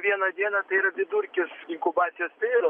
viena diena tai yra vidurkis inkubacijos periodo